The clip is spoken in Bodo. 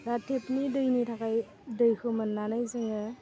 दा टेपनि दैनि थाखाय दैखौ मोन्नानै जोङो